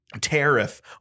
tariff